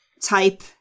type